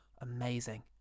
Amazing